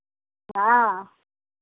हँ